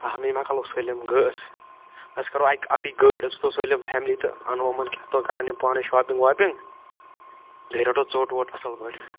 اَہنو یِم ہا کھالہوکھ سٲلِم گٲ اَسہِ کَرو اکہِ اَکٕے گٲڑۍ أسۍ کھسو سٲلِم فیملی تہٕ انو یِمن کیٛاہ تہٕ کَرن یِم پانَے شاپِنٛگ واپِنٛگ بیٚیہِ رٹو ژوٚٹ ووٚٹ اَصٕل پٲٹھۍ